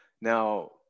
Now